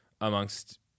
amongst